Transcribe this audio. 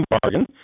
bargain